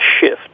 shift